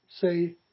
say